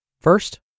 First